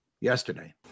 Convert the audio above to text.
yesterday